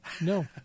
No